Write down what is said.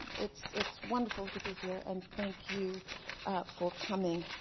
it's it's wonderful to be here, and thank you for coming.